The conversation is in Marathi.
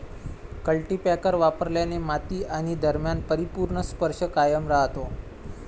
कल्टीपॅकर वापरल्याने माती आणि दरम्यान परिपूर्ण स्पर्श कायम राहतो